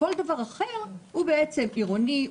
וכל דבר אחר הוא בעצם עירוני,